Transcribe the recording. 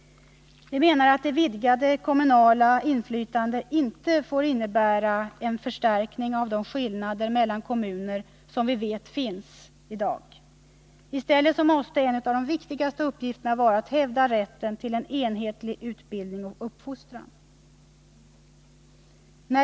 Vi menar att det vidgade kommunala inflytandet inte får innebära en förstärkning av de skillnader mellan kommuner som vi vet finns i dag. I stället måste en av de viktigaste uppgifterna vara att hävda rätten till en enhetlig utbildning och uppfostran.